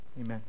amen